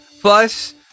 Plus